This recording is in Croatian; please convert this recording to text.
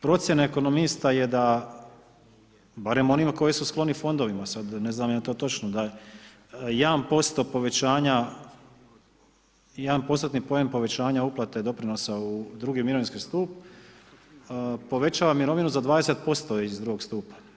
Procjena ekonomista je da, barem onima koji su skloni fondovima, sad ne znam je li to točno da 1% povećanja, 1%-tni poen povećanja uplate doprinosa u drugi mirovinski stup povećava mirovinu za 20% iz drugog stupa.